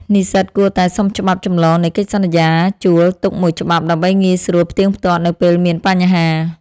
និស្សិតគួរតែសុំច្បាប់ចម្លងនៃកិច្ចសន្យាជួលទុកមួយច្បាប់ដើម្បីងាយស្រួលផ្ទៀងផ្ទាត់នៅពេលមានបញ្ហា។